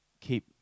keep